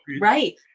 right